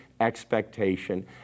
expectation